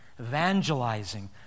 evangelizing